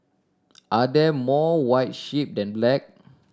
are there more white sheep than black